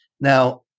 Now